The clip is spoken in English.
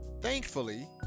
Thankfully